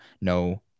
No